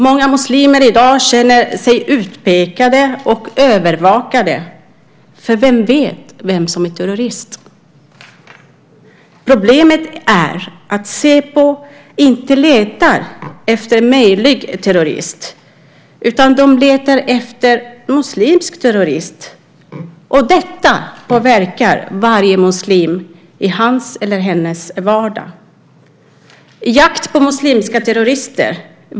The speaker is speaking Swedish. Många muslimer känner sig i dag utpekade och övervakade, för vem vet vem som är terrorist? Problemet är att Säpo inte letar efter möjliga terrorister, utan de letar efter muslimska terrorister. Detta påverkar varje muslim i hans och hennes vardag. Vilka kommer att bli särskilt utsatta i jakten på muslimska terrorister?